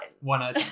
One